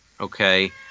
okay